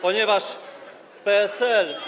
ponieważ PSL.